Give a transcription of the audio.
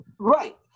right